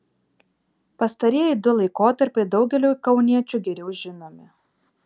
pastarieji du laikotarpiai daugeliui kauniečių geriau žinomi